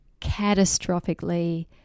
catastrophically